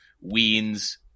Ween's